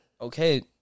okay